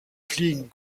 fliegen